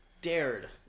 dared